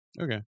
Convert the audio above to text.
okay